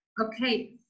okay